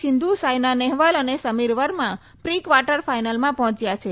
સિંધ સાયના નહેવાલ અને Sameer Verma pre quarter ફાઈનલમાં પહોંચ્યા છે